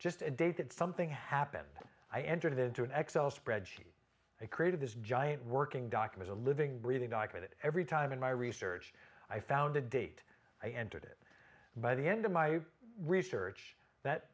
just a date that something happened i entered into an exile spreadsheet i created this giant working document a living breathing i get it every time in my research i found a date i entered it by the end of my research that